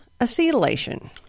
acetylation